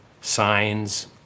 signs